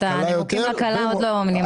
את הנימוקים לקלה עוד לא אמרתי.